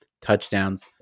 touchdowns